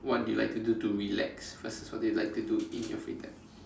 what do you like to do to relax versus what do you like to do in your free time